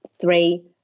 three